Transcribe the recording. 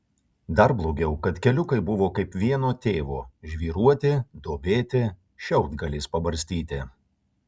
dar blogiau kad keliukai buvo kaip vieno tėvo žvyruoti duobėti šiaudgaliais pabarstyti